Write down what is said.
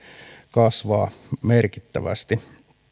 kasvaa merkittävästi